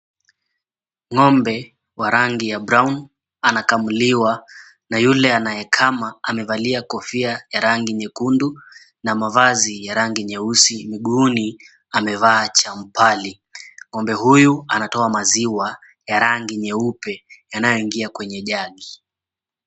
Ng'ombe wa rangi ya brown anakamuliwa na yule anayekama amevalia kofia ya rangi nyekundu na mavazi ya rangi nyeusi. Mguuni amevaa champali. Ng'ombe huyu anatoa maziwa ya rangi nyeupe yanayoingia kwenye jagi.